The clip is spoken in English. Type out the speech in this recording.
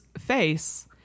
face